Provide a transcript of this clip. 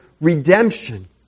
redemption